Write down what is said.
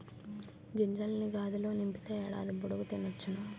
గింజల్ని గాదిలో నింపితే ఏడాది పొడుగు తినొచ్చును